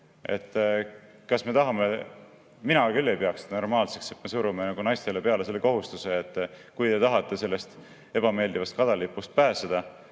Mina küll ei peaks seda normaalseks, kui me suruksime naistele peale kohustuse, et kui nad tahavad sellest ebameeldivast kadalipust pääseda,